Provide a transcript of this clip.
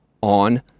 on